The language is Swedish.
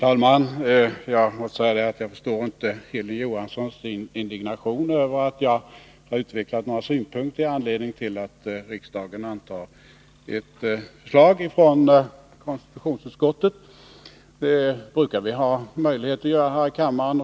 Herr talman! Jag förstår inte Hilding Johanssons indignation över att jag utvecklade några synpunkter med anledning av att riksdagen antar ett förslag från konstitutionsutskottet. Det brukar vi ha möjlighet att göra i kammaren.